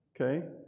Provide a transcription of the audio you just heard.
Okay